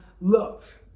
love